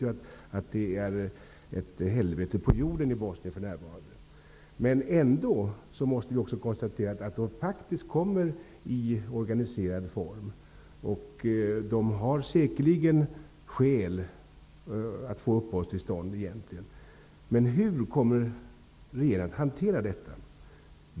Vi vet därför att Bosnien för närvarande är ett helvete på jorden. Men ändå måste man konstatera att de faktiskt kommer i organiserad form. De har säkerligen skäl att få uppehållstillstånd. Men hur kommer regeringen att hantera detta?